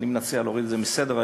אני מציע להוריד את זה מסדר-היום,